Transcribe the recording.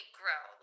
grow